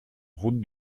route